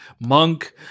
monk